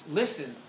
listen